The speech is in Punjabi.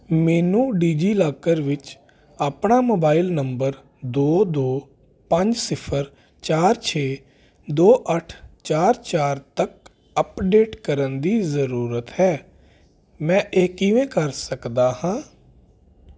ਮੈਨੂੰ ਡਿਜੀਲਾਕਰ ਵਿੱਚ ਆਪਣਾ ਮੋਬਾਈਲ ਨੰਬਰ ਦੋ ਦੋ ਪੰਜ ਸਿਫਰ ਚਾਰ ਛੇ ਦੋ ਅੱਠ ਚਾਰ ਚਾਰ ਤੱਕ ਅੱਪਡੇਟ ਕਰਨ ਦੀ ਜ਼ਰੂਰਤ ਹੈ ਮੈਂ ਇਹ ਕਿਵੇਂ ਕਰ ਸਕਦਾ ਹਾਂ